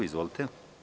Izvolite.